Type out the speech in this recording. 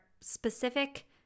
specific